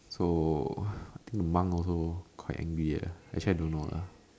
so I think the monk also quite angry ah actually I don't know lah